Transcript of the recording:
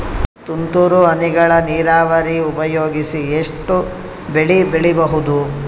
ತುಂತುರು ಹನಿಗಳ ನೀರಾವರಿ ಉಪಯೋಗಿಸಿ ಎಷ್ಟು ಬೆಳಿ ಬೆಳಿಬಹುದು?